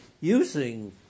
using